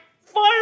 Fire